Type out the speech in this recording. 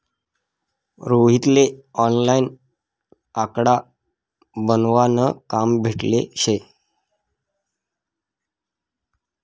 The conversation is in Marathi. रोहित ले ऑनलाईन आकडा बनावा न काम भेटेल शे